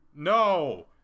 No